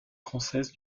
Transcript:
française